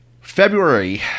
February